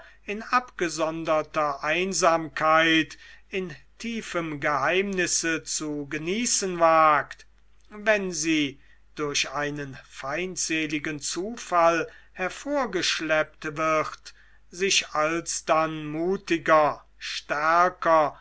in abgesonderter einsamkeit in tiefem geheimnisse zu genießen wagt wenn sie durch einen feindseligen zufall hervorgeschleppt wird sich alsdann mutiger stärker